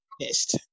pissed